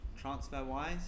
Transfer-wise